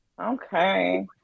Okay